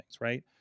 right